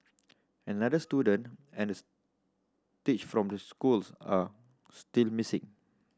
another student and teach from the schools are still missing